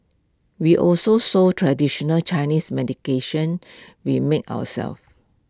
we also sold traditional Chinese we made ourselves